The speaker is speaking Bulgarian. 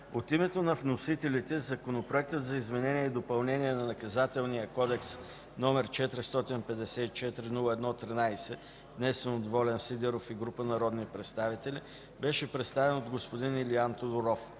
От името на вносителите, Законопроектът за изменение и допълнение на Наказателния кодекс, № 454-01-13, внесен от Волен Николов Сидеров и група народни представители на 27.10.2014 г., беше представен от господин Илиан Тодоров.